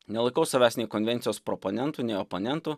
nelaikau savęs nei konvencijos proponentu nei oponentu